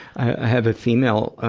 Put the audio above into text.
i have a female, ah,